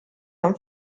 and